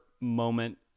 moment